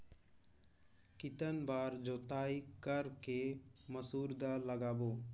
कितन बार जोताई कर के मसूर बदले लगाबो?